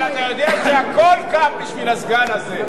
אבל אתה יודע שהכול קם בשביל הסגן הזה.